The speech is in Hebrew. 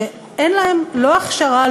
כשאין להם לא הכשרה,